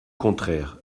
contraire